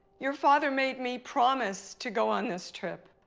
your father made me promise to go on this trip.